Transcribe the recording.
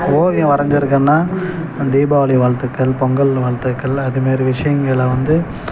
ஓவியம் வரைஞ்சிருக்கேன்னால் தீபாவளி வாழ்த்துக்கள் பொங்கல் வாழ்த்துக்கள் அதுமாரி விஷயங்களில் வந்து